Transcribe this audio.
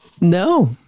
No